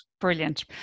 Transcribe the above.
brilliant